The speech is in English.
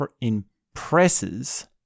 impresses